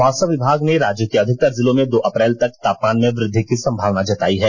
मौसम विभाग ने राज्य के अधिकतर जिलों में दो अप्रैल तक तापमान में वृद्धि की संभावना जताई है